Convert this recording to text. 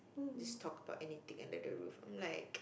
just talk about anything under the roof like